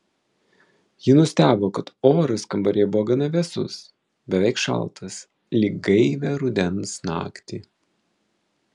ji nustebo kad oras kambaryje buvo gana vėsus beveik šaltas lyg gaivią rudens naktį